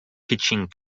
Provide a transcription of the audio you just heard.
pitching